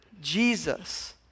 Jesus